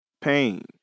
pain